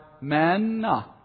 manna